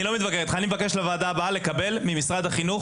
אני מבקש לישיבה הבאה של הוועדה לקבל ממשרד החינוך